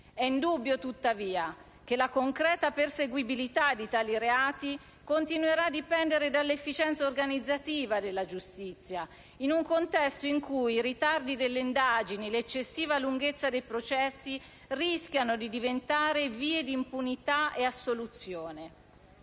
È indubbio, tuttavia, che la concreta perseguibilità di tali reati continuerà a dipendere dall'efficienza organizzativa della giustizia, in un contesto in cui i ritardi delle indagini e l'eccessiva lunghezza dei processi rischiano di diventare vie di impunità e assoluzione.